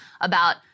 about-